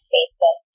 Facebook